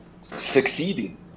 succeeding